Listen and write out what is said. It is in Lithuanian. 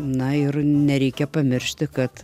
na ir nereikia pamiršti kad